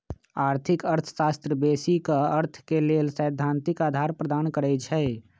आर्थिक अर्थशास्त्र बेशी क अर्थ के लेल सैद्धांतिक अधार प्रदान करई छै